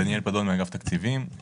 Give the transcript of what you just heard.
דניאל פדון, אגף תקציבים.